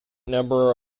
number